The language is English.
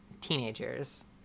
teenagers